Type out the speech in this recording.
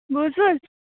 بوٗزوٕ حظ